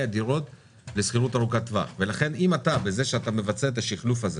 הדירות לשכירות ארוכת טווח ולכן אם אתה בזה שאתה מבצע את השחלוף הזה